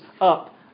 up